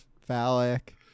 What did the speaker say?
Phallic